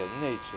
nature